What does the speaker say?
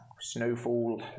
Snowfall